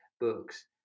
books